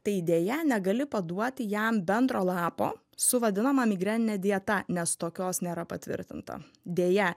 tai deja negali paduoti jam bendro lapo su vadinama migreninė dieta nes tokios nėra patvirtinta deja